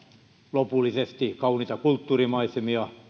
lopullisesti kauniita kulttuurimaisemia